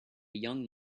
young